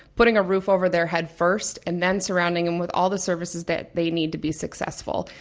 putting a roof over their head first, and then surrounding them with all the services that they need to be successful,